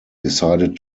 decided